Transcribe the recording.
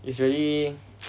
it's really